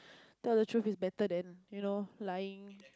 tell the truth is better than you know lying